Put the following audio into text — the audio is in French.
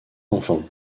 enfants